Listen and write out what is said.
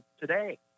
today